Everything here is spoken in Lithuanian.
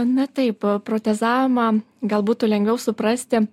na taip protezavimą gal būtų lengviau suprasti